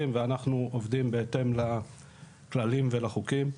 ואנחנו עובדים בהתאם לכללים ולחוקים,